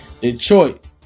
Detroit